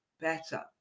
better